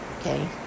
okay